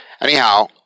Anyhow